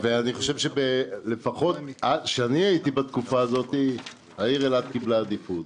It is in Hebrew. ואני חושב שלפחות כשהייתי בתקופה הזאת העיר אילת קיבלה עדיפות.